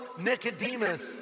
Nicodemus